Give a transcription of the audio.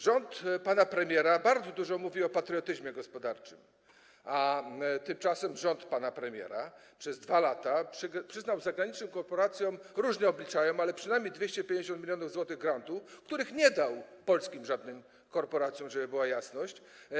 Rząd pana premiera bardzo dużo mówi o patriotyzmie gospodarczym, tymczasem rząd pana premiera przez 2 lata przyznał zagranicznym korporacjom, różnie obliczają, przynajmniej 250 mln zł grantów, których nie dał żadnym polskim korporacjom, żeby była jasność.